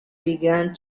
began